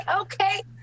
okay